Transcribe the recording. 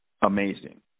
amazing